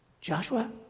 Joshua